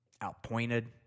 outpointed